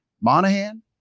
Monahan